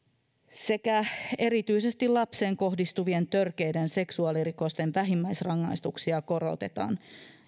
ja erityisesti lapsiin kohdistuvien törkeiden seksuaalirikosten vähimmäisrangaistuksia korotetaan